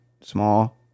small